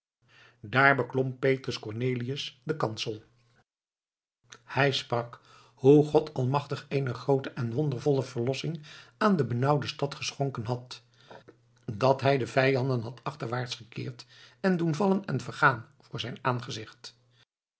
daar beklom petrus cornelius den kansel hij sprak hoe god almachtig eene groote en wondervolle verlossing aan de benauwde stad geschonken had dat hij de vijanden had achterwaarts gekeerd en doen vallen en vergaan voor zijn aangezicht